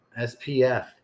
spf